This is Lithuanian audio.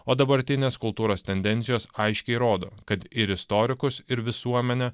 o dabartinės kultūros tendencijos aiškiai rodo kad ir istorikus ir visuomenę